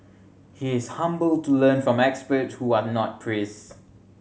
he is humble to learn from experts who are not priest